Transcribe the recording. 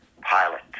pilot